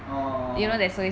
orh~